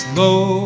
low